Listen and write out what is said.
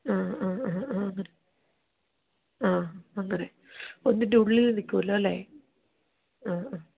ആ ആ ആ ആ അത്രയും ഒന്നിന്റെ ഉള്ളില് നിൽക്കുവല്ലോ അല്ലേ ആ ആ